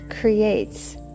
creates